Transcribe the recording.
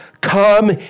come